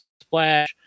splash